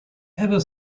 ever